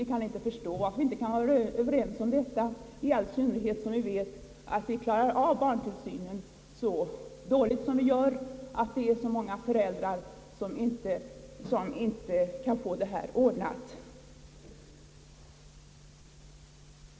Vi kan inte förstå varför inte alla kan vara Ööverens om detta, i all synnerhet som vi vet att behovet av barntillsyn är så stort, att så många föräldrar för närvarande ej kan få någon hjälp med barntillsynen.